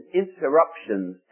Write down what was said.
interruptions